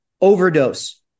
overdose